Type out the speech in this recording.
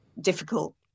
difficult